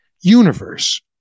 universe